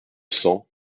cents